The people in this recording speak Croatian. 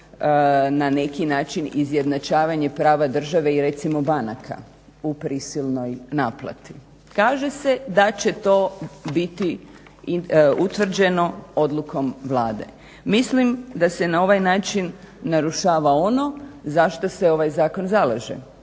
na neki način izjednačavanje prava države i recimo banka u prisilnoj naplati? Kaže se da će to biti utvrđeno odlukom Vlade. Mislim da se na ovaj način narušava ono za što se ovaj zakon zalaže,